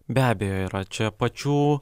be abejo yra čia pačių